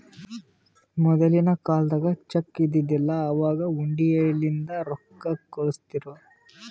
ಮೊದಲಿನ ಕಾಲ್ದಾಗ ಚೆಕ್ ಇದ್ದಿದಿಲ್ಲ, ಅವಾಗ್ ಹುಂಡಿಲಿಂದೇ ರೊಕ್ಕಾ ಕಳುಸ್ತಿರು